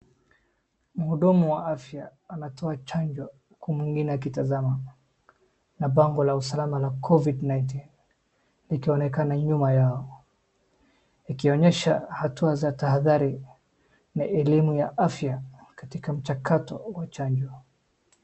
Mhudumu wa afya anatoa chanjo huku mwingine akitazama, na bango la usalama la Covid-19 likionekana nyuma yao, likionyeshwa hatua za tahadhari na elimu ya afya katika mchakato wa chanjo.